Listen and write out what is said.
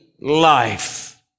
life